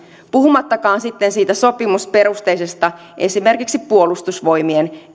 puhumattakaan sitten sopimusperusteisista esimerkiksi puolustusvoimien